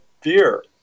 fear